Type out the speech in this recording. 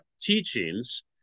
Teachings